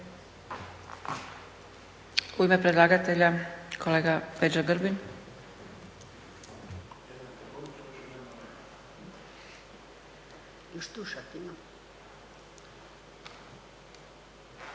U ime predlagatelja, kolega Peđa Grbin.